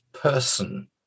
person